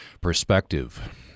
perspective